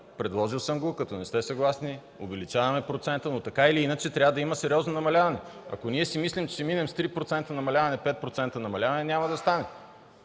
предложил съм го. Като не сте съгласни, увеличаваме процента, но, така или иначе, трябва да има сериозно намаляване. Ако си мислим, че ще минем с 3 или 5% намаляване, няма да стане!